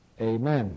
amen